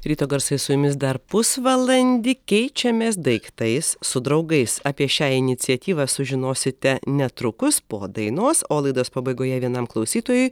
ryto garsai su jumis dar pusvalandį keičiamės daiktais su draugais apie šią iniciatyvą sužinosite netrukus po dainos o laidos pabaigoje vienam klausytojui